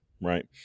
right